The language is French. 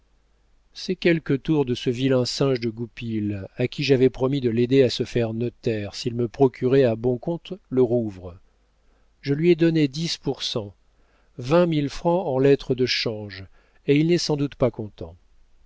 c'est quelque tour de ce vilain singe de goupil à qui j'avais promis de l'aider à se faire notaire s'il me procurait à bon compte le rouvre je lui ai donné dix pour cent vingt mille francs en lettres de change et il n'est sans doute pas content